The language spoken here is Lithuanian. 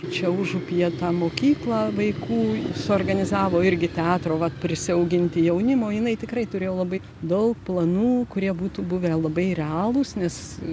čia užupyje tą mokyklą vaikų suorganizavo irgi teatro vat prisiauginti jaunimo jinai tikrai turėjo labai daug planų kurie būtų buvę labai realūs nes